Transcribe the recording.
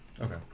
Okay